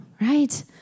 Right